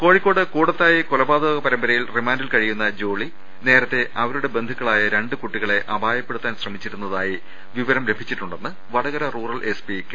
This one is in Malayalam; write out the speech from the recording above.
കോഴിക്കോട് കൂടത്തായി കൊലപാതക പരമ്പരയിൽ റിമാൻഡിൽ കഴിയുന്ന ജോളി നേരത്തെ അവരുടെ ബന്ധുക്കളായ രണ്ട് കൂട്ടികളെ അപായപ്പെടുത്താൻ ശ്രമിച്ചിരുന്നതായി വിവരം ലഭിച്ചിട്ടുണ്ടെന്ന് വടകര റൂറൽ എസ്പി കെ